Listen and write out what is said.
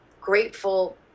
grateful